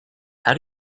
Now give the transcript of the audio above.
how